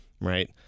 Right